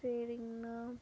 சரிங்ண்ணா